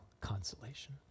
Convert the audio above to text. consolation